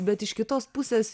bet iš kitos pusės